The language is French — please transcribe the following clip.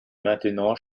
maintenant